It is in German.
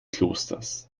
klosters